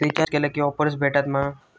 Recharge केला की offers भेटात मा?